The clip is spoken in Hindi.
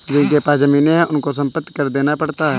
जिनके पास जमीने हैं उनको संपत्ति कर देना पड़ता है